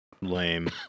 Lame